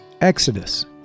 Exodus